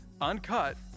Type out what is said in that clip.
uncut